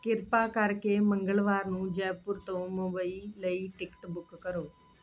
ਕਿਰਪਾ ਕਰਕੇ ਮੰਗਲਵਾਰ ਨੂੰ ਜੈਪੁਰ ਤੋਂ ਮੁੰਬਈ ਲਈ ਟਿਕਟ ਬੁੱਕ ਕਰੋ